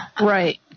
Right